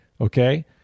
okay